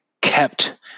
kept